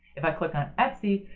if i click on etsy,